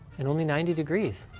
and only ninety degrees.